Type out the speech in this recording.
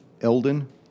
Eldon